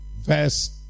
verse